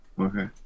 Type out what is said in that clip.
Okay